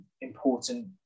important